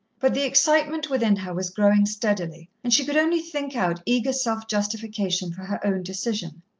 but the excitement within her was growing steadily, and she could only think out eager self-justification for her own decision.